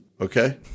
Okay